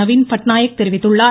நவீன் பட்நாயக் தெரிவித்துள்ளார்